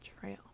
trail